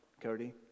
Cody